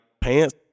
pants